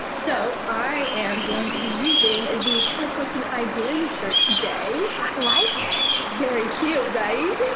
so i am going to be using the kelly clarkson i dare you shirt today. i like it! very cute, right?